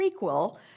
prequel